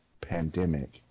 pandemic –